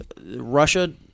Russia